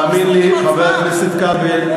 תאמין לי, חבר הכנסת כבל,